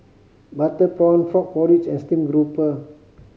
butter prawn frog porridge and steamed grouper